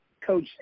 Coach